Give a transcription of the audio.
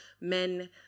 men